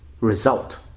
result